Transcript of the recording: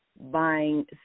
buying